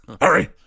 Hurry